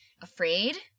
afraid